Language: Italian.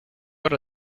ora